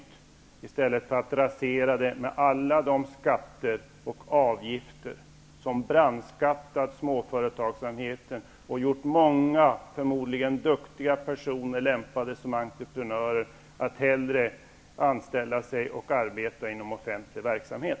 Det här skulle vara i stället för att rasera landet med alla de skatter och avgifter som brandskattat småföretagsamheten och gjort att många personer, förmodligen duktiga och lämpade som entreprenörer, hellre låtit sig anställas och arbeta inom offentlig verksamhet.